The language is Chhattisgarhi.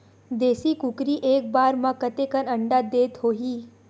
देशी कुकरी एक बार म कतेकन अंडा देत होही?